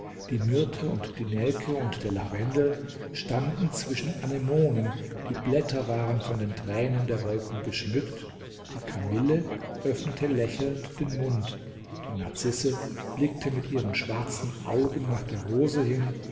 die myrte und die nelke und der lavendel standen zwischen anemonen die blätter waren von den tränen der wolken geschmückt die kamille öffnete lächelnd den mund die narzisse blickte mit ihren schwarzen augen nach der rose hin